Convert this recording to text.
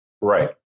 Right